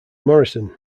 morrison